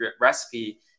recipe